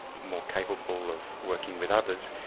more capable of working with others.